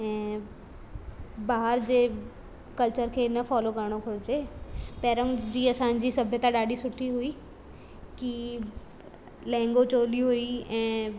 ऐं ॿाहिरि जे कल्चर खे न फॉलो करिणो घुरिजे पहिरियों जीअं असांजी सभ्यता ॾाढी सुठी हुई की लहंगो चोली हुई ऐं